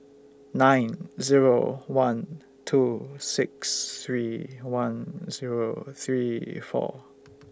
nine Zero one two six three one Zero three four